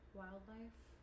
wildlife